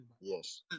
Yes